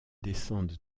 descendent